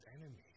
enemies